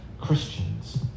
Christians